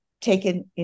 taken